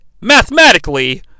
mathematically